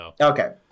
Okay